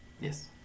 Yes